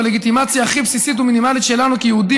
בלגיטימציה הכי בסיסית ומינימלית שלנו כיהודים